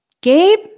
Gabe